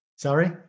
Sorry